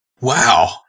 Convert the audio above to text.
Wow